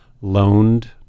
loaned